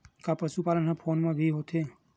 का पशुपालन ह फोन म भी होथे?